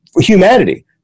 humanity